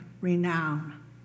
renown